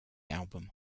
album